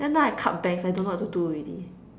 then now I cut bangs I don't know what to do already